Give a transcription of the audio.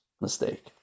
mistake